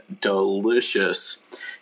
delicious